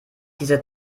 diese